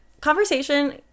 conversation